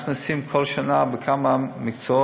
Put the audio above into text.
אנחנו עושים כל שנה דירוג בכמה מקצועות,